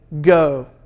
go